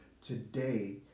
Today